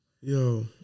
Yo